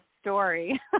story